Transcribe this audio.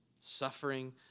suffering